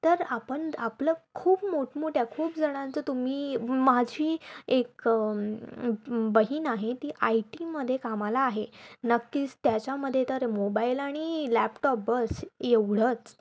तर आपण आपलं खूप मोठमोठ्या खूपजणांचं तुम्ही माझी एक बहीण आहे ती आय टीमध्ये कामाला आहे नक्कीच त्याच्यामध्ये तर मोबाईल आणि लॅपटॉप बस एवढंच